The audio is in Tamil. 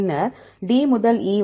பின்னர் D முதல் E வரை